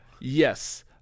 Yes